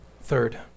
Third